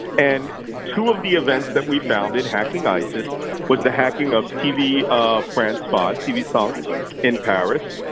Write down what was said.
and two of the events that we found in hacking isis was the hacking of tv ah france fox, tv funk in paris,